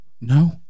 No